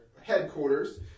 Headquarters